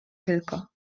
tylko